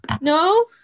No